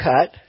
cut